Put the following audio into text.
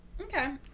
Okay